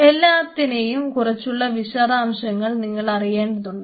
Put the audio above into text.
എല്ലാത്തിനെയും കുറിച്ചുള്ള വിശദാംശങ്ങൾ നിങ്ങൾ അറിയേണ്ടതുണ്ട്